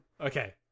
Okay